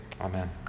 amen